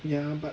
ya but